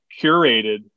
curated